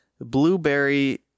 blueberry